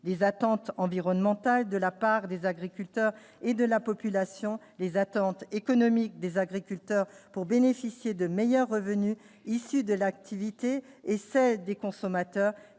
des attentes environnementales de la part des agriculteurs et de la population, les attentes économiques des agriculteurs pour bénéficier de meilleurs revenus issus de l'activité et celle des consommateurs